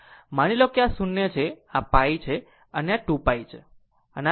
માની લો આ 0 છે આ π છે અને આ આ 2π છે